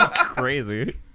Crazy